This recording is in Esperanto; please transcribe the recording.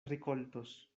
rikoltos